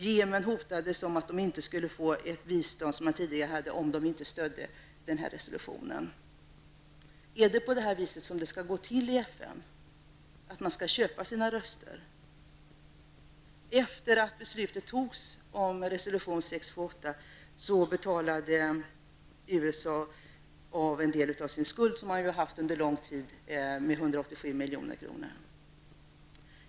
Jemen hotades med att landet inte skulle få ett bistånd som man tidigare haft, om man inte stödde resolutionen. Är det på det här viset som det skall gå till i FN -- att man skall köpa sina röster? Efter det att beslutet fattades om resolution 678 betalade USA av en del av sin skuld, som man ju haft under lång tid, nämligen 187 milj.kr.